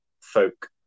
folk